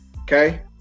Okay